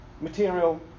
material